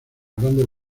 grandes